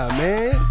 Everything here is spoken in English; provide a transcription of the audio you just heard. man